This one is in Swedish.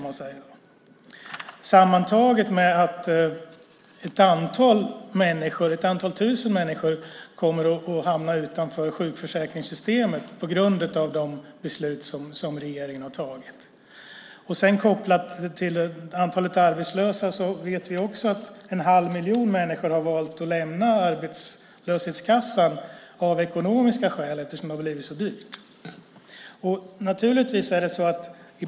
Dessutom kommer ett antal tusen människor att hamna utanför sjukförsäkringssystemet på grund av det beslut som regeringen har tagit. Kopplat till antalet arbetslösa vet vi också att en halv miljon människor har valt att lämna arbetslöshetskassan av ekonomiska skäl eftersom det har blivit så dyrt.